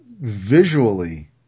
visually